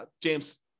James